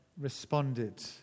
responded